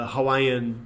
Hawaiian